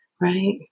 right